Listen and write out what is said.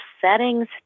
settings